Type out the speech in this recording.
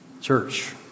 Church